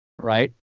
right